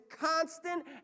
constant